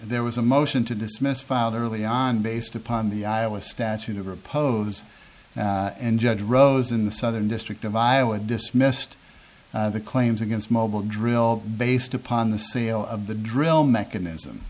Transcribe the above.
there was a motion to dismiss filed early on based upon the iowa statute of repose and judge rose in the southern district of iowa dismissed the claims against mobile drill based upon the sale of the drill mechanism